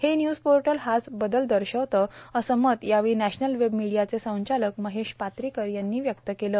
हे news portal हाच बदल दर्शवते असं मत यावेळी नॅशनल वेब मीडियाचे संचालक महेश पात्रीकर यांनी व्यक्त केलं